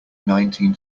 nineteen